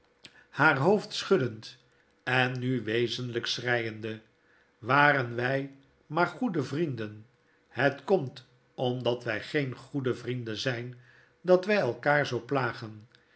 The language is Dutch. haar hoofd schuddend en nu wezenlijk schreiende waren wjj maar goede vrienden i het komt omdat wij geen goede vrienden zyn dat wij elkaar zoo plagen